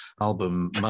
album